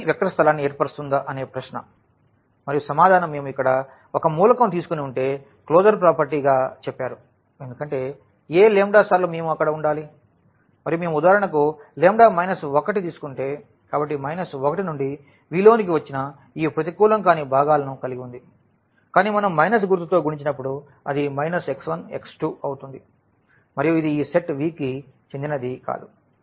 V vector స్థలాన్ని ఏర్పరుస్తుందా అనే ప్రశ్న మరియు సమాధానం మేము ఇక్కడ ఒక మూలకం తీసుకొని ఉంటే క్లోజర్ ప్రాపర్టీ గా చెప్పారు ఎందుకంటే ఏ సార్లు మేము అక్కడ ఉండాలి మరియు మేము ఉదాహరణకు లాంబ్డా మైనస్ 1 తీసుకుంటే కాబట్టి 1 నుండి Vలోనికి వచ్చిన ఈ ప్రతికూలం కాని భాగాలను కలిగి ఉంది కాని మనం గుర్తుతో గుణించినప్పుడు అది x1x2 అవుతుంది మరియు ఇది ఈ సెట్ V కి చెందినది కాదు